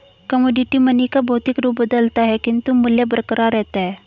commodity money का भौतिक रूप बदलता है किंतु मूल्य बरकरार रहता है